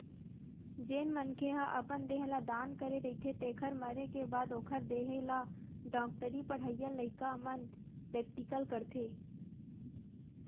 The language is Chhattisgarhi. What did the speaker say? जेन मनखे ह अपन देह ल दान करे रहिथे तेखर मरे के बाद ओखर देहे ल डॉक्टरी पड़हइया लइका मन प्रेक्टिकल करथे